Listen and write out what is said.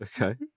okay